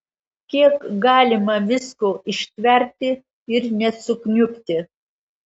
kiek galima visko ištverti ir nesukniubti